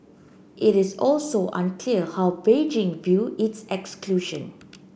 it is also unclear how Beijing view its exclusion